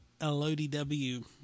LODW